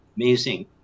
amazing